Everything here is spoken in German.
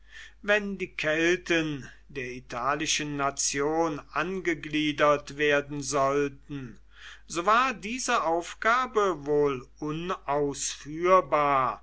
wenn die kelten der italischen nation angegliedert werden sollten so war diese aufgabe wohl unausführbar